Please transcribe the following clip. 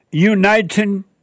Uniting